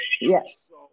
yes